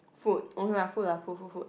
food okay lah food lah food food food